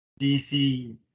DC